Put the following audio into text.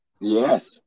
Yes